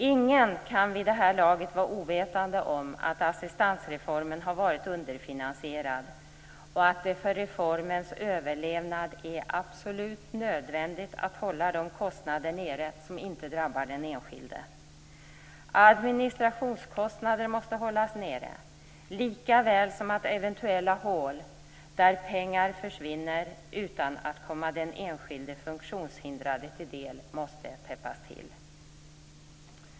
Ingen kan vid det här laget vara ovetande om att assistansreformen har varit underfinansierad och att det för reformens överlevnad är absolut nödvändigt att hålla de kostnader nere som inte drabbar den enskilde. Administrationskostnader måste hållas nere lika väl som att eventuella hål där pengar försvinner utan att komma den enskilde funktionshindrade till del måste täppas till.